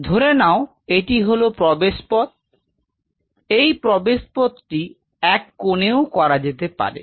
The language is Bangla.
ধরে নাও এটি হলো প্রবেশপথ এই প্রবেশপথটি এক কোণে ও করা যেতে পারে